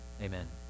Amen